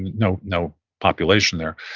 no no population there,